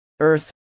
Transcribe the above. Earth